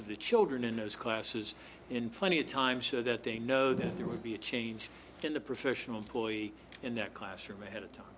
of the children in those classes in plenty of time so that they know that there would be a change in the professional employee in that classroom a